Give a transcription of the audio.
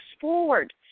forward